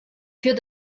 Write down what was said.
für